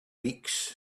weeks